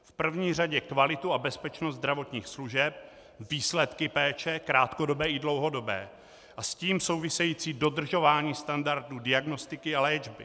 V první řadě kvalitu a bezpečnost zdravotních služeb, výsledky péče krátkodobé i dlouhodobé a s tím související dodržování standardů diagnostiky a léčby.